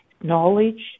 knowledge